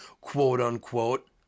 quote-unquote